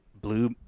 blue